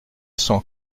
cent